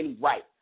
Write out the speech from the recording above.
right